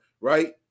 right